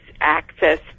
access